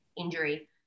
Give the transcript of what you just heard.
injury